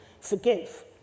forgive